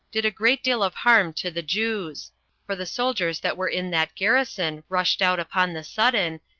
did a great deal of harm to the jews for the soldiers that were in that garrison rushed out upon the sudden,